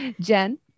Jen